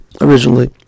originally